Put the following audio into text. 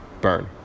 Burn